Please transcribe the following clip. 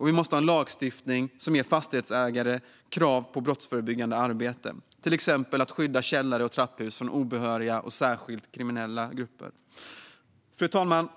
Vi måste också ha en lagstiftning som ger fastighetsägare krav på brottsförebyggande arbete, till exempel att skydda källare och trapphus från obehöriga och särskilt kriminella grupper. Fru talman!